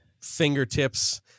fingertips